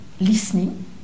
listening